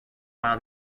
while